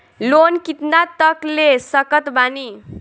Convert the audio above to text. Loan कितना तक ले सकत बानी?